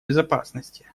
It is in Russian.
безопасности